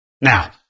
Now